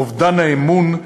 אובדן האמון,